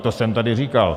To jsem tady říkal.